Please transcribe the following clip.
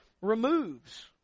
removes